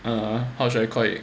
uh how should I call it